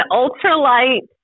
ultralight